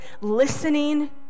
listening